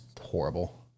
horrible